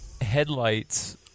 headlights